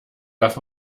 darf